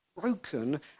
broken